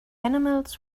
animals